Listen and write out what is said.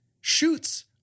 shoots